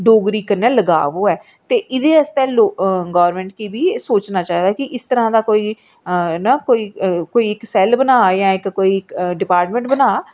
गी डगरी कन्नै लगाव होऐ ते एह्दे आस्तै बी गोरमैंट गी सोचना चाहिदा कि इस तरह् दा कोई कोई इक सैल बना जां कोई ड़िपार्टमैंट बना